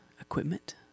equipment